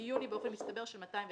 מיוני באופן מצטבר של 201 שקלים.